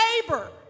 neighbor